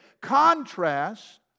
contrast